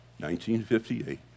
1958